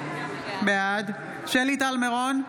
בעד שלי טל מירון,